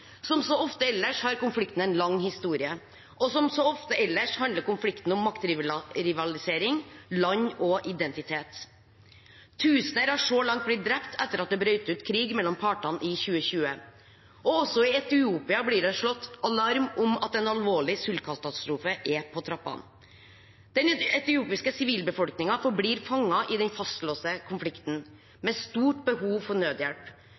Som så ofte ellers har konflikten en lang historie, og som så ofte ellers handler konflikten om maktrivalisering, land og identitet. Tusener har så langt blitt drept etter at det brøt ut krig mellom partene i 2020, og også i Etiopia blir det slått alarm om at en alvorlig sultkatastrofe er på trappene. Den etiopiske sivilbefolkningen forblir fanget i den fastlåste konflikten, med stort behov for nødhjelp.